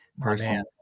Personally